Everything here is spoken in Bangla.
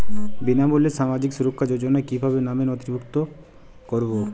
বিনামূল্যে সামাজিক সুরক্ষা যোজনায় কিভাবে নামে নথিভুক্ত করবো?